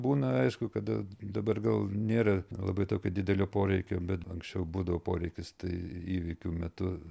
būna aišku kada dabar gal nėra labai tokio didelio poreikio bet anksčiau būdavo poreikis tai įvykių metu